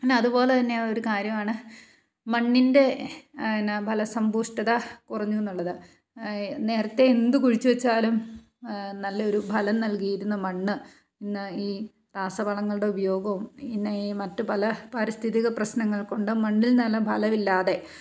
പിന്നെ അതുപോലെതന്നെ ഒരു കാര്യമാണ് മണ്ണിൻ്റെ പിന്നെ ഫലസംഭൂയിഷ്ഠി കുറഞ്ഞുയെന്നുള്ളത് നേരത്തെ എന്ത് കുഴിച്ചുവെച്ചാലും നല്ലൊരു ഫലം നൽകിയിരുന്ന മണ്ണ് ഇന്ന് ഈ രാസവളങ്ങളുടെ ഉപയോഗവും പിന്നെ ഈ മറ്റു പല പാരിസ്ഥിതിക പ്രശ്നങ്ങൾ കൊണ്ടും മണ്ണിൽ നല്ല ഫലവില്ലാതെ